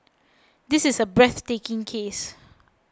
this is a breathtaking case